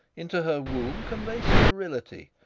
into her womb convey sterility!